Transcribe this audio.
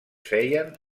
feien